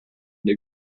der